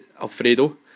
Alfredo